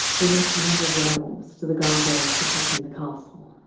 we lost a number of werewolves to the gargoyles protecting the castle.